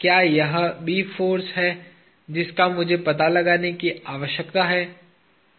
क्या यह B force है जिसका मुझे पता लगाने की आवश्यकता है